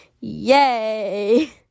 Yay